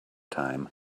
time